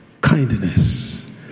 kindness